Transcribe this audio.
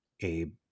Abe